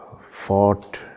fought